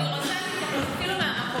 אדוני היושב-ראש, אני רוצה להתייחס, אפילו מהמקום.